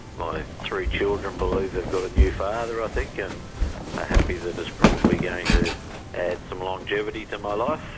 my three children believe they've got a new father i think, and are happy that it's probably going to add some longevity to my life.